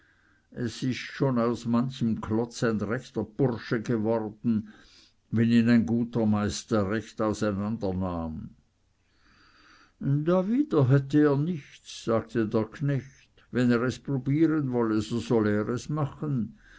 es ist schon aus manchem klotz ein rechter bursche geworden wenn ihn ein guter meister recht auseinandernahm darwider hätte er nichts sagte der knecht wenn er es probieren wolle so solle er es machen